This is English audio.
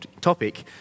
topic